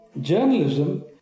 journalism